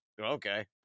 Okay